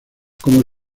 como